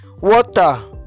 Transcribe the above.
Water